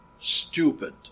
stupid